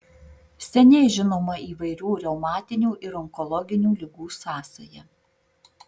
seniai žinoma įvairių reumatinių ir onkologinių ligų sąsaja